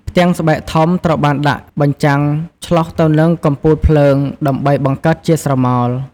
ផ្ទាំងស្បែកធំ ត្រូវបានដាក់បញ្ចាំងធ្លុះទៅនឹងកំពូលភ្លើងដើម្បីបង្កើតជាស្រមោល។